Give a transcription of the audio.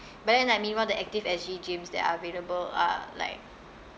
but then like meanwhile the active S_G gyms that are available are like